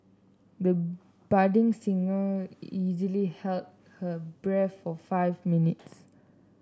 the budding singer easily held her breath for five minutes